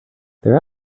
their